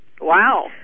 Wow